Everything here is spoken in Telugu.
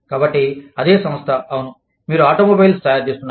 కాబట్టి అదే సంస్థ అవును మీరు ఆటోమొబైల్స్ తయారు చేస్తున్నారు